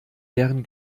deren